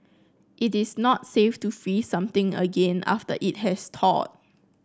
it is not safe to freeze something again after it has thawed